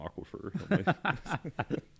aquifer